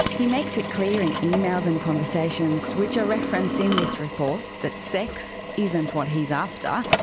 he makes it clear in emails and conversations, which are referenced in this report, that sex isn't what he's after.